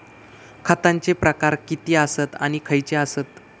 खतांचे प्रकार किती आसत आणि खैचे आसत?